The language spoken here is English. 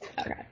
Okay